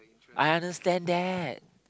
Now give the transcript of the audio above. I understand that